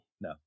no